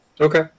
Okay